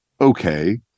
okay